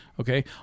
Okay